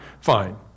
fine